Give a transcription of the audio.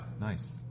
Nice